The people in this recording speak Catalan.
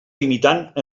limitant